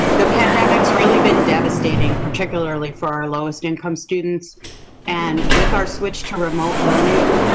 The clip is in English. the pandemic's really been devastating, particularly for our lowest income students and with our switch to remote learning,